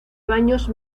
baños